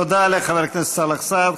תודה לחבר הכנסת סאלח סעד.